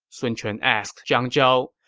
sun quan asked zhang zhao,